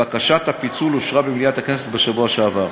בקשת הפיצול אושרה במליאת הכנסת בשבוע שעבר.